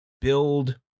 build